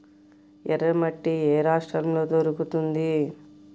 ఎర్రమట్టి ఏ రాష్ట్రంలో దొరుకుతుంది?